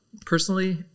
personally